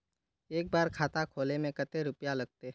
एक बार खाता खोले में कते रुपया लगते?